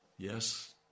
Yes